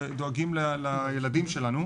דואגים לילדים שלנו.